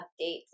updates